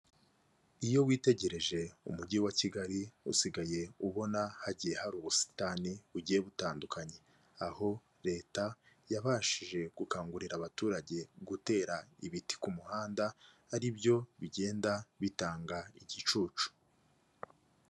Iyo witegereje umujyi wa Kigali usigaye ubona hagiye hari ubusitani bugiye butandukanye, aho leta yabashije gukangurira abaturage gutera ibiti ku muhanda ari byo bigenda bitanga igicucu.